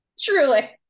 Truly